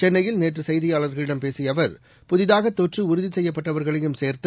சென்னையில் நேற்று செய்தியாளர்களிடம் பேசிய அவர் புதிதாக தொற்று உறுதி செய்யப்பட்டவர்களையும் சேர்து